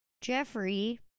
Jeffrey